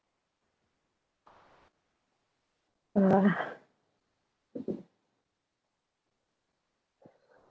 uh